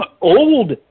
old